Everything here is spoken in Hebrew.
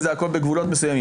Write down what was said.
הכול בגבולות מסוימים.